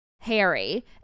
Harry